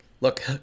Look